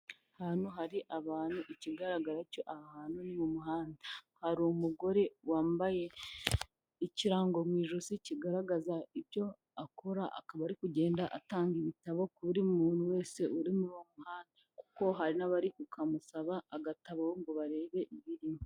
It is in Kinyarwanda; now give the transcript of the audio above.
Ahantu hari abantu ikigaragara cyo aha hantu ni mu muhanda hari umugore wambaye ikirango mu ijosi kigaragaza ibyo akora akaba ari kugenda atanga ibitabo kuri buri muntu wese uri muri uwo muhanda kuko hari n'abari kukamusaba agatabo ngo barebe ibirimo.